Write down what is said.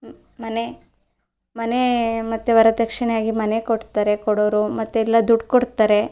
ಮನೆ ಮನೆ ಮತ್ತೆ ವರದಕ್ಷಿಣೆಯಾಗಿ ಮನೆ ಕೊಡ್ತಾರೆ ಕೊಡೋರು ಮತ್ತೆಲ್ಲ ದುಡ್ಡು ಕೊಡ್ತಾರೆ